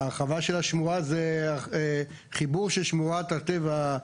ההרחבה של השמורה זה חיבור של שמורת הטבע,